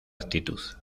actitud